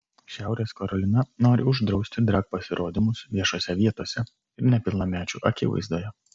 šiaurės karolina nori uždrausti drag pasirodymus viešose vietose ir nepilnamečių akivaizdoje